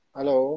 Hello